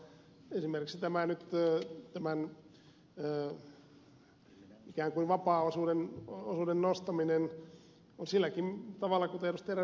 esimerkiksi tämän ikään kuin vapaaosuuden nostaminen on silläkin tavalla kuten ed